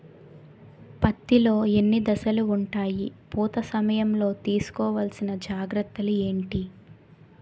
పత్తి లో ఎన్ని దశలు ఉంటాయి? పూత సమయం లో తీసుకోవల్సిన జాగ్రత్తలు ఏంటి?